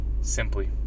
Simply